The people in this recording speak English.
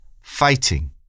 fighting